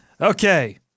Okay